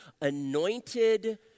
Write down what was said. anointed